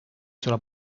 sulla